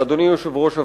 אדוני יושב-ראש הוועדה,